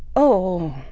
oh,